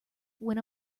when